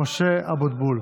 משה אבוטבול.